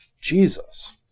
Jesus